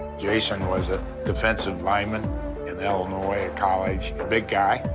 jason was a defensive lineman in an illinois college. big guy.